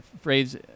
phrase